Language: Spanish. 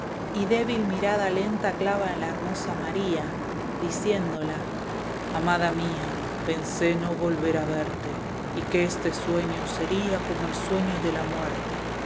y débil mirada lenta clava en la hermosa maría diciéndola amada mía pensé no volver a verte y que este sueño sería como el sueño de la muerte